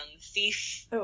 thief